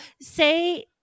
say